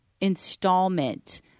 installment